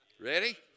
ready